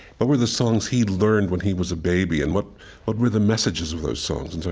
but were the songs he learned when he was a baby? and what what were the messages of those songs? and so